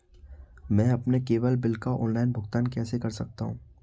मैं अपने cable bill का ऑनलाइन भुगतान कैसे कर सकता हूं?